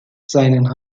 seinen